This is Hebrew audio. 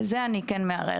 על זה אני כן מערערת.